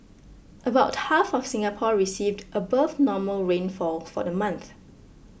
about half of Singapore received above normal rainfall for the month